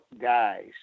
guys